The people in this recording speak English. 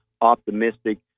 optimistic